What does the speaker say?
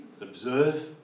observe